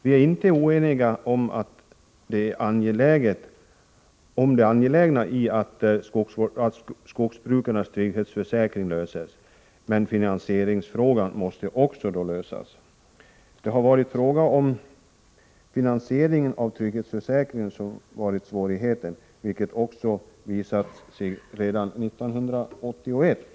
Vi är inte oeniga om att det är angeläget att skogsbrukarnas trygghetsfrågor löses, men finansieringsfrågan måste också lösas. Det är finansieringen av trygghetsförsäkringen som varit svårigheten, vilket visade sig redan 1981.